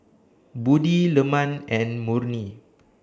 Budi Leman and Murni